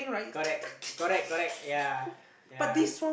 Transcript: correct correct correct ya ya